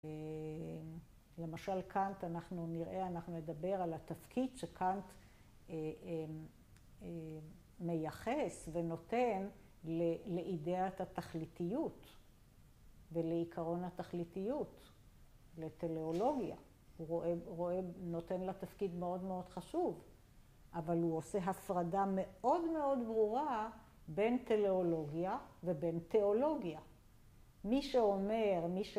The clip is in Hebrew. למשל קאנט, אנחנו נראה, אנחנו נדבר על התפקיד שקאנט מייחס ונותן לאידיאת התכליתיות ולעיקרון התכליתיות לטליאולוגיה. הוא נותן לתפקיד מאוד מאוד חשוב, אבל הוא עושה הפרדה מאוד מאוד ברורה בין טליאולוגיה ובין תיאולוגיה. מי שאומר, מי ש..